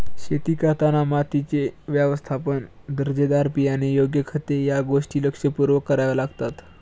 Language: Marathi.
शेती करताना मातीचे व्यवस्थापन, दर्जेदार बियाणे, योग्य खते या गोष्टी लक्षपूर्वक कराव्या लागतात